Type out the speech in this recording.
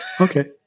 Okay